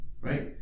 Right